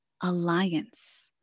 alliance